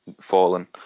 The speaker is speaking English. fallen